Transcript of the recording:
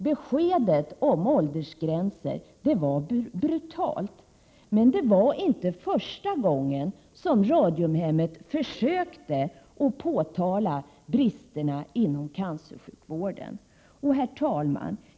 Beskedet om åldersgränser var brutalt, men det var inte första gången som Radiumhemmet försökte påtala bristerna inom cancersjukvården. Herr talman!